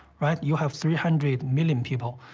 right? you have three hundred million people.